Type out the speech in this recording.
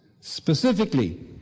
Specifically